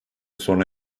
sona